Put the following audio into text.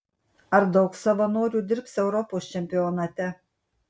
ar daug savanorių dirbs europos čempionate